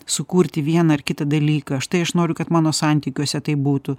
sukurti vieną ar kitą dalyką štai aš noriu kad mano santykiuose tai būtų